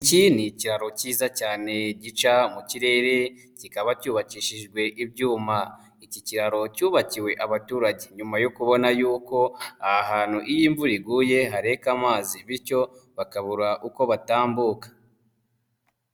Iki ni ikiraro kiza cyane gica mu kirere, kikaba cyubakishijwe ibyuma. Iki kiraro cyubakiwe abaturage nyuma yo kubona yuko aha hantu iyo imvura iguye hareka amazi bityo bakabura uko batambuka.